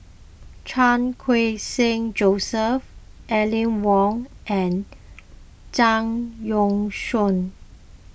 Chan Khun Sing Joseph Aline Wong and Zhang Youshuo